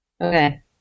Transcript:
Okay